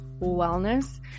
Wellness